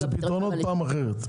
אז פתרונות פעם אחרת.